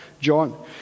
John